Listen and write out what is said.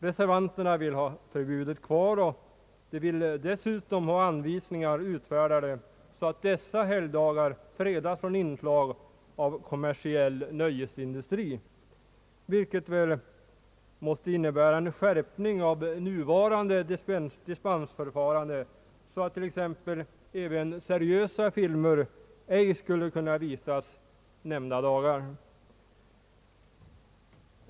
Reservanterna vill ha förbudet kvar, och de vill dessutom ha anvisningar utfärdade så att dessa helgdagar fredas från inslag av kommersiell nöjesindustri, vilket väl måste innebära en skärpning av nuvarande dispensförfarande så att t.ex. även seriösa filmer ej skulle kunna visas nämnda dagar.